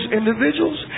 individuals